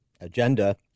agenda